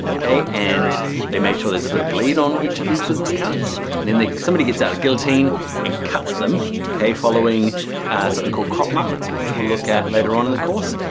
okay. and they made sure there's a bit of bleed on each of these business cards, and then somebody gets out a guillotine and cuts them, okay, following something called cropmax. which we'll look at later on in the course,